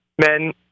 men